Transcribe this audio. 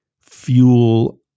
fuel